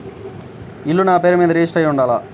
ఇల్లు నాపేరు మీదే రిజిస్టర్ అయ్యి ఉండాల?